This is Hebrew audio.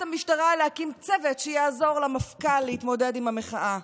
המשטרה להקים צוות שיעזור למפכ"ל להתמודד עם המחאה,